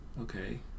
okay